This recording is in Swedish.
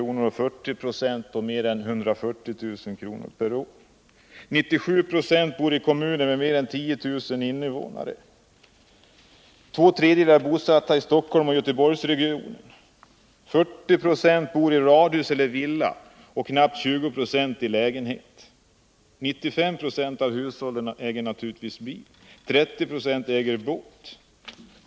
per år, och 40 96 har mer än 170 000. 97 90 bor i kommuner med mer än 10000 invånare. Två tredjedelar är bosatta i Stockholmsoch Göteborgsregionerna. 40 26 bor i radhus eller villa och knappt 20 96 i lägenhet. 95 90 av hushållen äger naturligtvis bil. 30 96 äger båt.